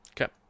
Okay